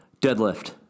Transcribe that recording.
Deadlift